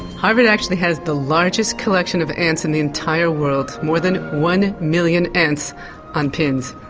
harvard actually has the largest collection of ants in the entire world more than one million ants on pins.